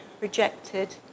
rejected